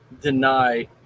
deny